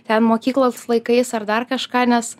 ten mokyklos laikais ar dar kažką nes